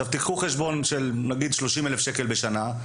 תיקחו חשבון של 30 אלף שקל בשנה,